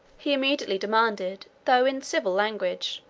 he immediately demanded, though in civil language,